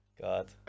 God